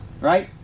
right